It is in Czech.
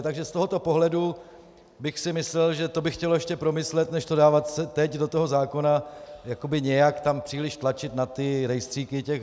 Takže z tohoto pohledu bych si myslel, že by to chtělo ještě promyslet než to dávat teď do toho zákona, jakoby nějak tam příliš tlačit na rejstříky hřišť.